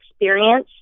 experience